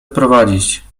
odprowadzić